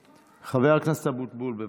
בבקשה.